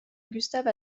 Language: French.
gustave